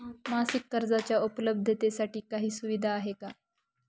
मासिक कर्जाच्या उपलब्धतेसाठी काही सुविधा आहे का?